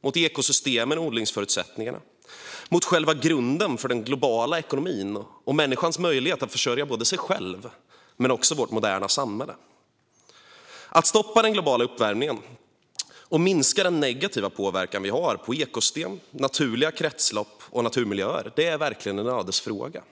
mot ekosystemen och odlingsförutsättningarna och mot själva grunden för den globala ekonomin och människans möjlighet att försörja både sig själv och vårt moderna samhälle. Att stoppa den globala uppvärmningen och minska vår negativa påverkan på ekosystem, naturliga kretslopp och naturmiljöer är verkligen en ödesfråga.